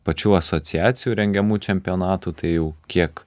pačių asociacijų rengiamų čempionatų tai jau kiek